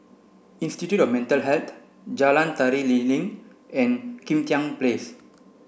Institute of Mental Health Jalan Tari Lilin and Kim Tian Place